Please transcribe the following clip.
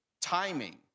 timing